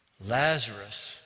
Lazarus